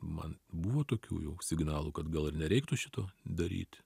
man buvo tokių jau signalų kad gal ir nereiktų šito daryt